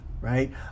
right